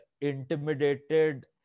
intimidated